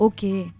Okay